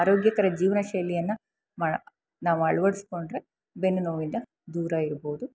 ಅರೋಗ್ಯಕರ ಜೀವನ ಶೈಲಿಯನ್ನು ಮಾಡಿ ನಾವು ಅಳವಡಿಸ್ಕೊಂಡ್ರೆ ಬೆನ್ನು ನೋವಿಂದ ದೂರ ಇರಭೌದು